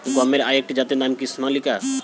গমের আরেকটি জাতের নাম কি সোনালিকা?